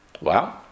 Wow